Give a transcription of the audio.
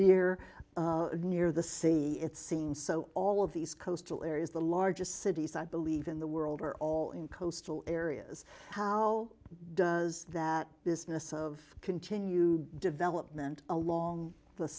dear and near the sea it seems so all of a these coastal areas the largest cities i believe in the world are all in coastal areas how does that business of continue development along